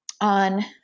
on